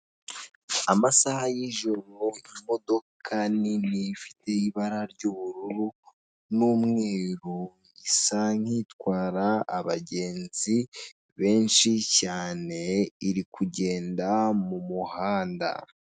Amasaha y'ijoro imodoka nini ifite ibara ry'ubururu n'umweru isa nk'itwara abagenzi benshi cyane iri kugenda mu muhanda.